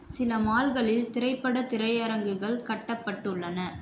சில மால்களில் திரைப்பட திரையரங்குகள் கட்டப்பட்டுள்ளன